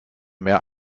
mehr